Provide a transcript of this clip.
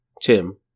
Tim